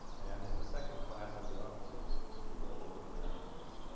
and in the second class of the officers school that the americans